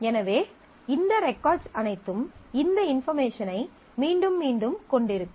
எனவே இந்த ரெகார்ட்ஸ் அனைத்தும் இந்த இன்பார்மேஷனை மீண்டும் மீண்டும் கொண்டிருக்கும்